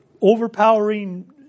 overpowering